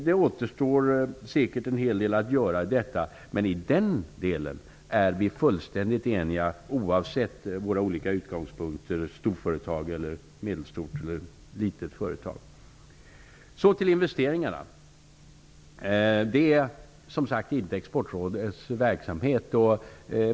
Det återstår säkert en hel del att göra. Men i denna del är vi fullständigt eniga oavsett våra olika utgångspunkter; storföretag, medelstort företag eller litet företag. Så till investeringarna. De ingår inte i Exportrådets verksamhet.